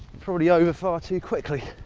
probably over far too quickly.